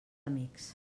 amics